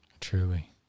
Truly